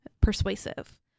persuasive